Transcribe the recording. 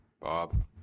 Bob